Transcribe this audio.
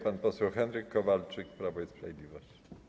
Pan poseł Henryk Kowalczyk, Prawo i Sprawiedliwość.